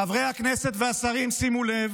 חברי הכנסת והשרים, שימו לב,